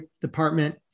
department